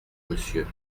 monsieur